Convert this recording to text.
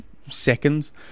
seconds